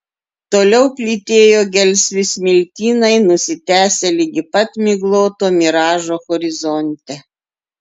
toliau plytėjo gelsvi smiltynai nusitęsę ligi pat migloto miražo horizonte